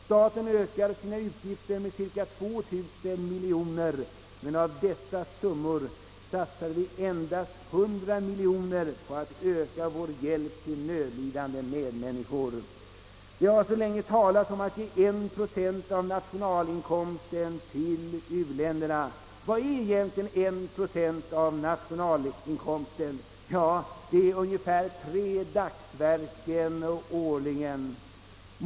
Staten ökar sina utgifter med cirka 2000 miljoner kronor, men av dessa summor satsar vi endast 100 miljoner på att öka vår hjälp till nödlidande medmänniskor. Det har så länge talats om att ge en procent av nationalinkomsten till u-länderna. Vad är egentligen en procent av nationalinkomsten? Det är ungefär tre dagsverken årligen.